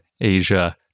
Asia